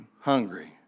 hungry